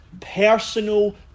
personal